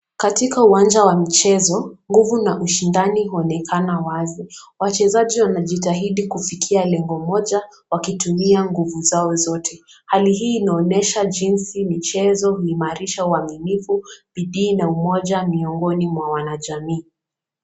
Katika uwanja wa mchezo nguvu na ushindani uonekana wazi wachezaji wamejitahidi kufikia lengo moja wakitumia nguvu zao zote. Hali hii inaonyesha jinsi michezo uimarifa uaminifu, bidii na umoja miongoni mwa wanajamii.